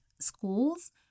schools